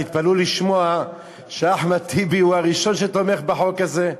תתפלאו לשמוע שאחמד טיבי הוא הראשון שתומך בחוק הזה,